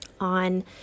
on